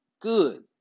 Good